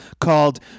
called